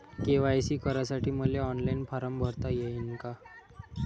KYC करासाठी मले online form भरता येईन का?